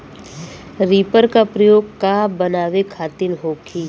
Reaper का प्रयोग का बनावे खातिन होखि?